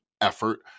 Effort